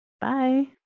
Bye